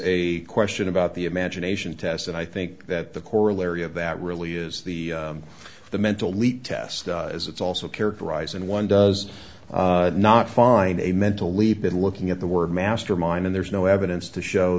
a question about the imagination test and i think that the corollary of that really is the the mental leap test as it's also characterizing one does not find a mental leap in looking at the word mastermind and there's no evidence to show